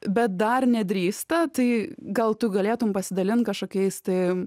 bet dar nedrįsta tai gal tu galėtum pasidalint kažkokiais tai